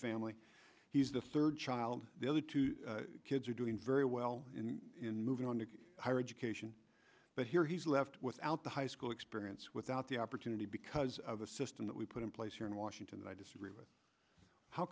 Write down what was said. family he's the third child the other two kids are doing very well in moving on to higher education but here he's left without the high school experience without the opportunity because of the system that we put in place here in washington that i disagree with how